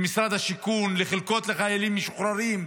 למשרד השיכון, לחלקות לחיילים משוחררים.